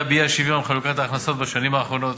האי-שוויון בחלוקת ההכנסות בשנים האחרונות.